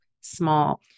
small